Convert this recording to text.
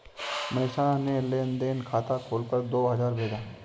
मनीषा ने लेन देन खाता खोलकर दो हजार भेजा